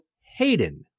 Hayden